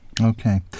Okay